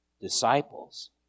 disciples